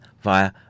via